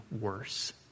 worse